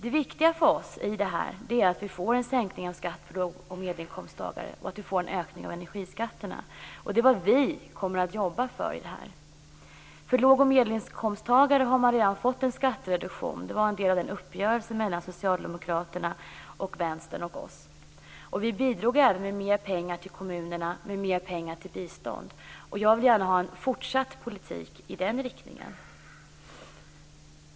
Det viktiga för oss är att vi får en sänkning av skatten för låg och medelinkomsttagare och att vi får en ökning av energiskatterna. Det är vad vi kommer att jobba för i det här. För låg och medelinkomsttagare har vi redan fått en skattereduktion. Det var en del av uppgörelsen mellan Socialdemokraterna, Vänstern och oss. Vi bidrog även med mer pengar till kommunerna och mer pengar till bistånd. Jag vill gärna ha en fortsatt politik i den riktningen.